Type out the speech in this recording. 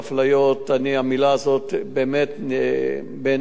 המלה הזאת באמת בעיני היא לא נכונה.